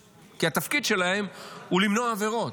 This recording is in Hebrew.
כי התפקיד שלהם הוא למנוע עבירות,